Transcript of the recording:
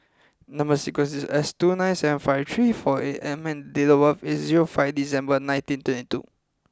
number sequence is S two nine seven five three four eight M and date of birth is zero five December nineteen twenty two